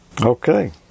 Okay